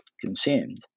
consumed